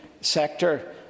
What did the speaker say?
sector